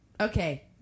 okay